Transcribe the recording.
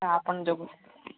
ହଁ ଆପଣଙ୍କ ଯୋଗୁଁ